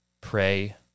pray